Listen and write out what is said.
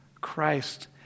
Christ